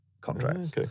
contracts